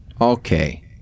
okay